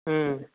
ம்